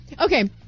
okay